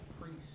priest